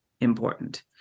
important